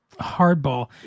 Hardball